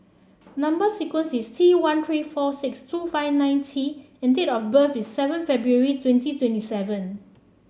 number sequence is T one three four six two five nine T and date of birth is seven February twenty twenty seven